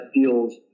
feels